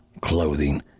clothing